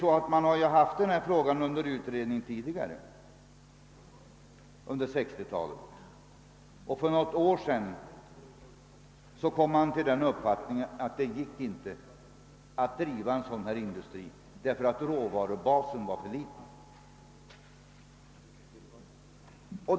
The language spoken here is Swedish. Man har tidigare under 1960-talet utrett möjligheterna att förlägga ytterligare en trämasseindustri till inlandet, och för något år sedan kom man fram till den uppfattningen att det inte gick att driva en sådan industri på grund av att råvarubasen var för liten.